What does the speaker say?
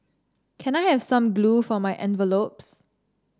can I have some glue for my envelopes